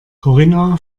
corinna